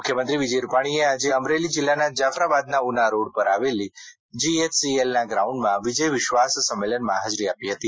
મુખ્યમંત્રીશ્રી વિજય રૂપાણીએ આજે અમરેલી જિલ્લાના જાફરાબાદના ઉના રોડ પર આવેલ જીએચસીએલના ગ્રાઉન્ડમાં વિજય વિશ્વાસ સંમેલનમાં હાજરી આપી હતી